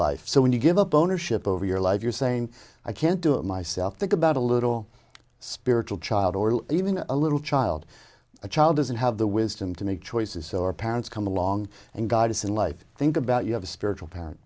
life so when you give up ownership over your life you're saying i can't do it myself think about a little spiritual child or even a little child a child doesn't have the wisdom to make choices so our parents come along and god isn't life think about you have a spiritual parent